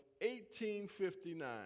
1859